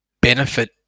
benefit